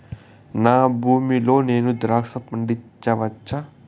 నా భూమి లో నేను ద్రాక్ష పండించవచ్చా?